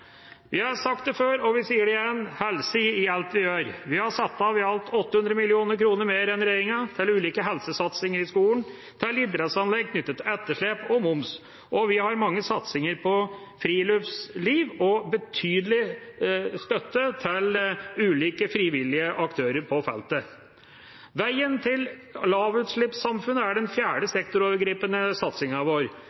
Vi har sagt det før, og vi sier det igjen: Helse i alt vi gjør. Vi har satt av i alt 800 mill. kr mer enn regjeringa til ulike helsesatsinger i skolen og til idrettsanlegg knyttet til etterslep og moms, vi har mange satsinger på friluftsliv og betydelig støtte til ulike frivillige aktører på feltet. Veien til lavutslippssamfunnet er den fjerde sektorovergripende satsingen vår.